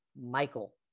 Michael